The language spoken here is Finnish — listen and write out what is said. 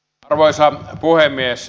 arvoisa puhemies